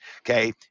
okay